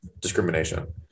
discrimination